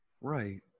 right